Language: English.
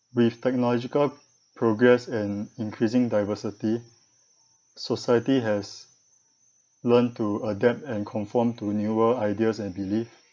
with technological progress and increasing diversity society has learnt to adapt and conform to newer ideas and belief